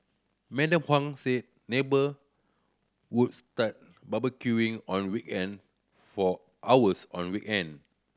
Madam Huang said neighbour would start barbecuing on weekend for hours on we end